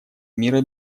мира